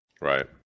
Right